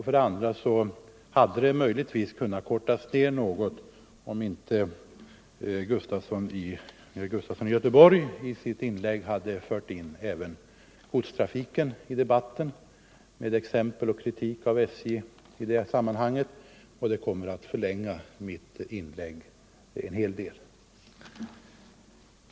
För det andra hade mitt anförande möjligtvis kunnat kortas ned något om inte herr Gustafson i Göteborg i sitt inlägg hade fört in även godstrafiken i debatten med exempel på kritik av SJ i det sammanhanget. Att han gjorde det kommer att förlänga mitt inlägg en hel del.